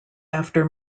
after